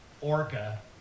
orca